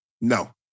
No